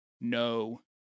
no